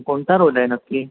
कोणता रोल आहे नक्की